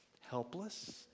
helpless